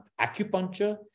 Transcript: acupuncture